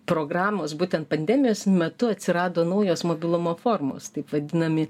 programos būtent pandemijos metu atsirado naujos mobilumo formos taip vadinami